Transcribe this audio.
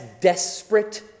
desperate